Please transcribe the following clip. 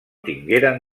tingueren